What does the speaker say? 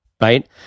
right